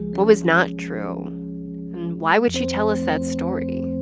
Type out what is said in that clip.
what was not true? and why would she tell us that story?